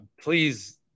Please